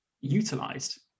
utilized